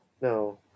No